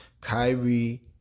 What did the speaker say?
Kyrie